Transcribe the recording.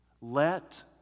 Let